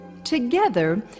Together